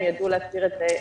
הם יידעו להסביר את זה טוב.